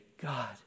God